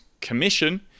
commission